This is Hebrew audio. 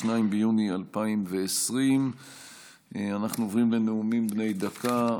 2 ביוני 2020. אנחנו עוברים לנאומים בני דקה.